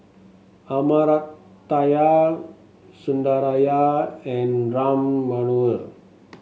Amartya Sundaraiah and Ram Manohar